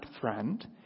friend